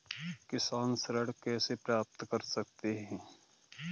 किसान ऋण कैसे प्राप्त कर सकते हैं?